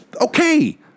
Okay